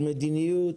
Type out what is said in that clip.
על מדיניות,